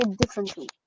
differently